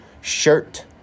shirt